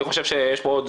אני חושב שיש עוד,